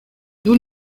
nous